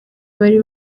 bari